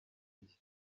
iki